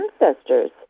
ancestors